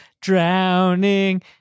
drowning